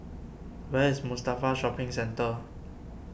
where is Mustafa Shopping Centre